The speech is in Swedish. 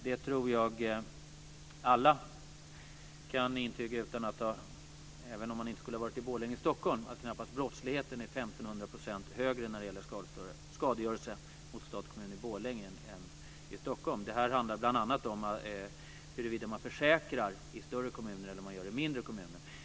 Jag tror att alla kan intyga, även om man inte skulle ha varit i Borlänge och Stockholm, att brottsligheten knappast är 1 500 % högre när det gäller skadegörelse mot stat och kommun i Borlänge än i Stockholm. Det här handlar bl.a. om huruvida man försäkrar i större kommuner eller om man gör det i mindre kommuner.